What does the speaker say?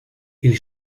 ils